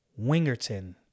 Wingerton